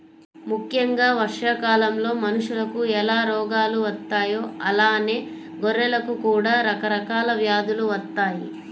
ముక్కెంగా వర్షాకాలంలో మనుషులకు ఎలా రోగాలు వత్తాయో అలానే గొర్రెలకు కూడా రకరకాల వ్యాధులు వత్తయ్యి